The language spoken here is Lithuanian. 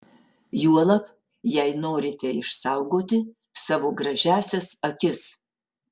juolab jei norite išsaugoti savo gražiąsias akis